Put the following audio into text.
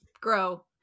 grow